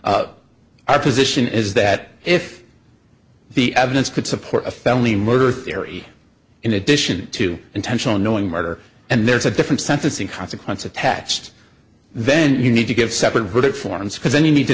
i our position is that if the evidence could support a family murder theory in addition to intentional knowing murder and there's a different sentencing consequence attached then you need to give separate verdict forms because then you need to